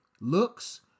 looks